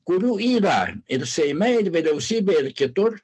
kurių yra ir seime ir vyriausybėj ir kitur